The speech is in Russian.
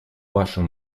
вашим